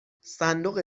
صندوق